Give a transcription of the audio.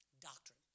Doctrine